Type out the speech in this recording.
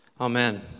Amen